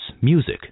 music